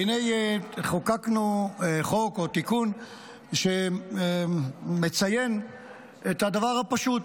חוקקנו תיקון לחוק שמציין את הדבר הפשוט